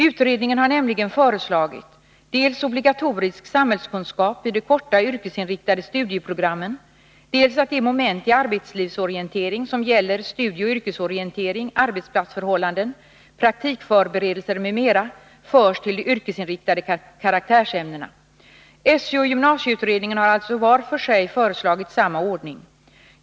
Utredningen har nämligen föreslagit dels obligatorisk samhällskunskap i de korta yrkesinriktade studieprogrammen, dels att de moment i arbetslivsorientering som gäller studieoch yrkesorientering, arbetsplatsförhållanden, praktikförberedelser m.m. förs till de yrkesinriktade karaktärsämnena. SÖ och gymnasieutredningen har alltså var för sig föreslagit samma ordning.